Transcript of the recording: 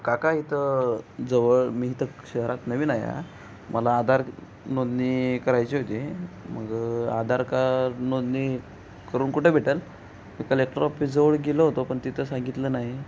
काका इथं जवळ मी इथं शहरात नवीन आहे या मला आधार नोंदणी करायची होती मग आधार कार्ड नोंदणी करून कुठे भेटेल मी कलेक्टर ऑफिस जवळ गेलो होतो पण तिथं सांगितलं नाही